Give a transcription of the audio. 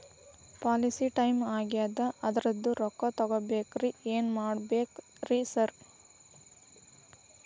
Policy time ಆಗ್ಯಾದ ಅದ್ರದು ರೊಕ್ಕ ತಗಬೇಕ್ರಿ ಏನ್ ಮಾಡ್ಬೇಕ್ ರಿ ಸಾರ್?